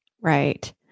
Right